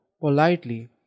politely